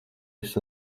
esi